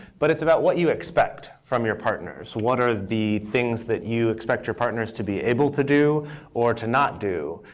but it's about what you expect from your partners what are the things that you expect your partners to be able to do or to not do.